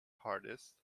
hardest